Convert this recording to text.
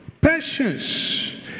Patience